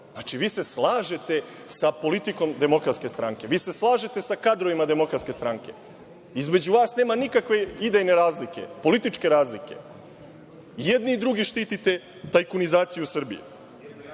Znači, vi se slažete sa politikom Demokratske stranke. Vi se slažete sa kadrovima Demokratske stranke. Između vas nema nikakve idejne razlike, političke razlike. I jedni i drugi štitite tajkunizaciju Srbije. Kakva